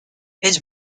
his